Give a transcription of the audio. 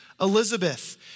Elizabeth